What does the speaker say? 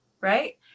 right